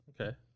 Okay